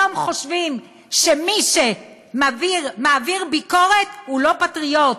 היום חושבים שמי שמעביר ביקורת הוא לא פטריוט.